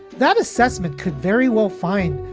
that assessment could very well fine.